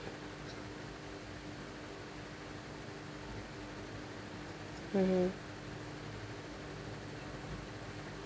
mmhmm